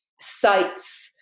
sites